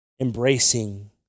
embracing